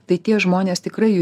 tai tie žmonės tikrai